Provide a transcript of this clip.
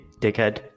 dickhead